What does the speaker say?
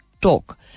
talk